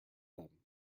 them